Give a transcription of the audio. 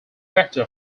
vector